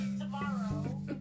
tomorrow